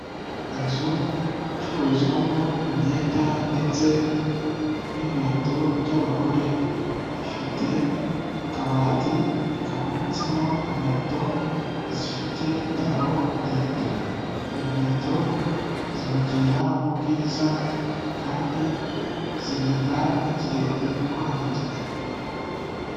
Inzu icururizwamo imyenda ndetse n'inkweto by'abagore, ifite akabati kamanitsemo inkweto zifite taro ndende, inkweto zongera ubwiza kandi zirinda n'ikirenge kwangirika.